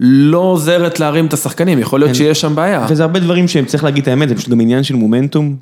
לא עוזרת להרים את השחקנים, יכול להיות שיש שם בעיה. וזה הרבה דברים שהם, צריך להגיד את האמת, זה פשוט גם עניין של מומנטום.